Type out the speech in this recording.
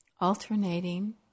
Alternating